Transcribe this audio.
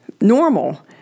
normal